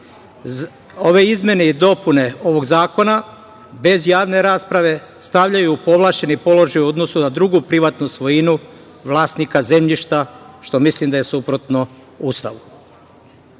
izmene i dopune ovog zakona bez javne rasprave, stavljaju u povlašćeni položaj u odnosu na drugu privatnu svojinu vlasnika zemljišta, što mislim da je suprotno